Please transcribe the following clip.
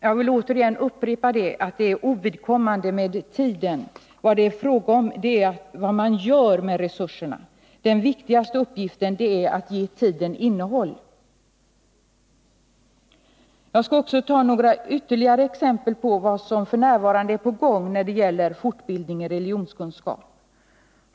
Jag vill återigen framhålla att tiden är ovidkommande — vad det är fråga om är vad man gör med resurserna. Den viktigaste uppgiften är att ge tiden innehåll. Jag skall också ta några ytterligare exempel på vad som f. n. är på gång när det gäller fortbildning i religionskunskap.